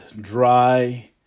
dry